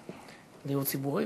שבע דקות לרשותך, חברתי.